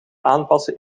aanpassen